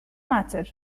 matter